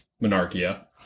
Monarchia